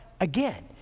again